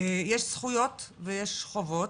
יש זכויות ויש חובות.